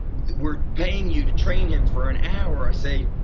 we're paying you to train him for an hour. i say,